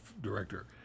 director